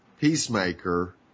Peacemaker